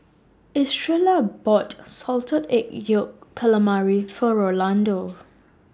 Estrella bought Salted Egg Yolk Calamari For Rolando